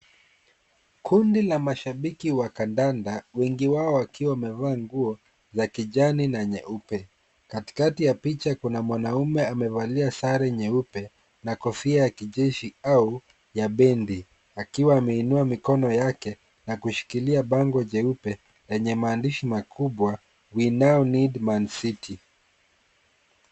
Kundi la mashabiki wa kadanda wengi wao wakiwa wamevaa nguo za kijani na nyeupe. Katikati ya picha kuna mwanaume amevalia sare nyeupe na kofia ya kijeshi au ya bendi akiwa ameinua mikono yake na ameshikilia bango jeupe yenye maamdishi makubwa we now need Man City.